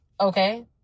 okay